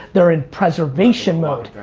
they're in preservation mode.